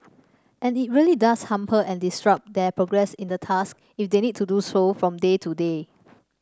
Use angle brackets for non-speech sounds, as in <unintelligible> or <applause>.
and it really does hamper and disrupt their progress in the task <unintelligible> they need to do so from day to day